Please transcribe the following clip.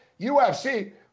UFC